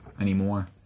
anymore